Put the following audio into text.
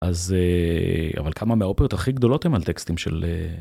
אז אבל כמה מאופרות הכי גדולות הן על טקסטים של.